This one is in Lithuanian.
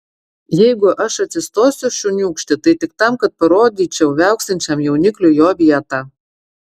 jeigu aš atsistosiu šuniūkšti tai tik tam kad parodyčiau viauksinčiam jaunikliui jo vietą